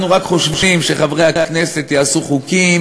אנחנו רק חושבים שחברי הכנסת יעשו חוקים